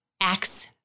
acts